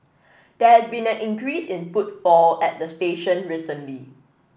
there has been an increase in footfall at the station recently